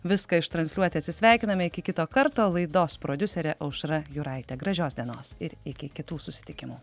viską ištransliuoti atsisveikiname iki kito karto laidos prodiuserė aušra jūraitė gražios dienos ir iki kitų susitikimų